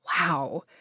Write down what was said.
wow